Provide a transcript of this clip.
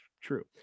true